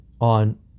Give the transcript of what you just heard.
on